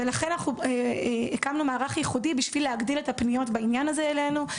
לכן אנחנו הקמנו מערך ייחודי בשביל להגדיל את הפניות בעניין הזה אלינו,